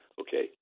Okay